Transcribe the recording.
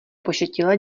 pošetilé